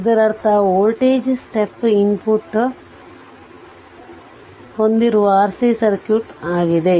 ಇದರರ್ಥ voltage step input ಹೊಂದಿರುವ RC circuit ಆಗಿದೆ